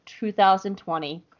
2020